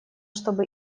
чтобы